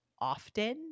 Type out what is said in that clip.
often